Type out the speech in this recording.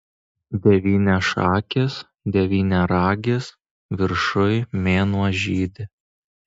devyniašakis devyniaragis viršuj mėnuo žydi